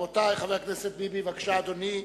חבר הכנסת ביבי, בבקשה, אדוני.